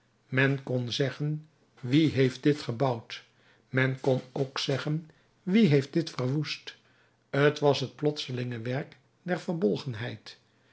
men kon zeggen wie heeft dit gebouwd men kon ook zeggen wie heeft dit verwoest t was het plotselinge werk der verbolgenheid